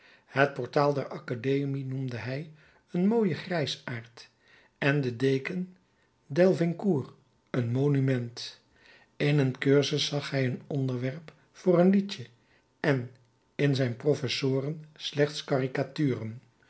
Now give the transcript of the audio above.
het portaal der academie noemde hij een mooien grijsaard en den deken delvincourt een monument in een cursus zag hij een onderwerp voor een liedje en in zijn professoren slechts